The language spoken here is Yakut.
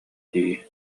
дии